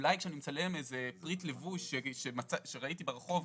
אולי כשאני מצלם איזה פריט לבוש שראיתי ברחוב,